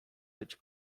być